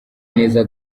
neza